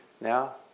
now